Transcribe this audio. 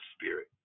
spirit